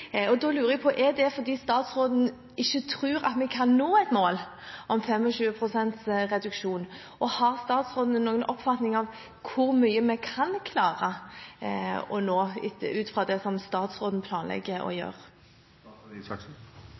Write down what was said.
Da lurer jeg på: Er det fordi statsråden ikke tror at vi kan nå et mål om 25 pst. reduksjon, og har statsråden noen oppfatning av hvor mye vi kan klare å nå ut fra det som statsråden planlegger å gjøre?